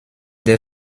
der